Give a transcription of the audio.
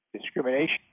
discrimination